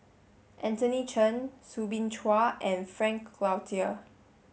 Anthony Chen Soo Bin Chua and Frank Cloutier